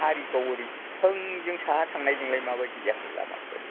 खारिगाव ओरै थोंजों साहा थांनायजोंलाय मा बायदि जाखो लामाफ्रालाय